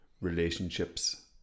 relationships